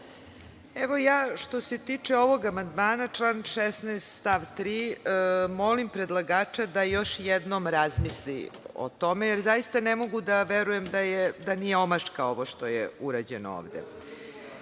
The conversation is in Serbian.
Pavlović** Što se tiče ovog amandmana, član 16 stav 3, molim predlagača da još jednom razmisli o tome, jer zaista ne mogu da verujem da nije omaška ovo što je urađeno ovde.